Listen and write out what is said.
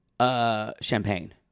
champagne